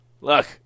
Look